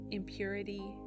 impurity